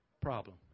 problem